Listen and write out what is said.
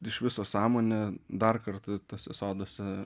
iš viso sąmonė dar kartą tuose soduose